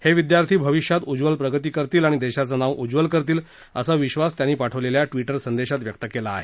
हे विद्यार्थी भविष्यात उज्ज्वल प्रगती करतील आणि देशाचं नाव उज्वल करतील असा विश्वास त्यांनी पाठवलेल्या ट्विटर संदेशात व्यक्त केला आहे